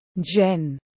Jen